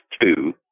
two